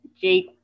Jake